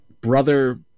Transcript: brother